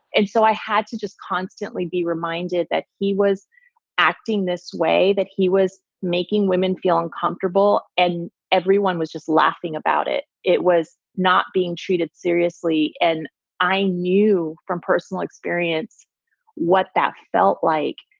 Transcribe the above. and so i had to just constantly be reminded that he was acting this way, that he was making women feel uncomfortable and everyone was just laughing about it. it was not being treated seriously. and i knew from personal experience what that felt like.